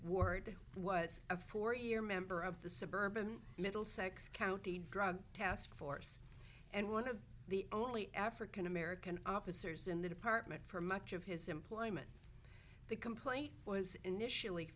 ward was a four year member of the suburban middlesex county drug task force and one of the only african american officers in the department for much of his employment the complaint was initially